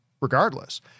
regardless